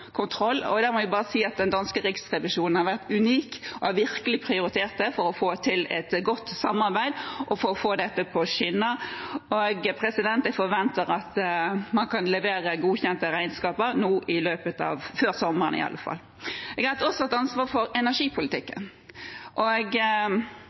kontroll. Der må jeg bare si at den danske riksrevisjonen har vært unik og virkelig har prioritert dette for å få til et godt samarbeid og for å få dette på skinner, og jeg forventer at man kan levere godkjente regnskaper før sommeren iallfall. Jeg har også hatt ansvar for